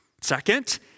Second